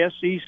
SEC